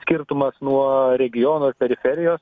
skirtumas nuo regiono ir periferijos